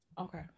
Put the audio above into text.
Okay